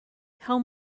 how